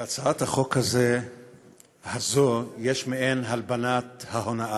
בהצעת החוק הזאת יש מעין הלבנת ההונאה,